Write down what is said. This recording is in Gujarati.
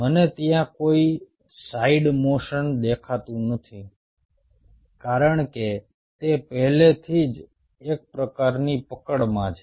મને ત્યાં કોઈ સાઇડ મોશન થતું દેખાતું નથી કારણ કે તે પહેલેથી જ એક પ્રકારની પકડમાં છે